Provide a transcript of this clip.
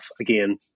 again